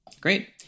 Great